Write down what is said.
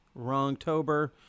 wrongtober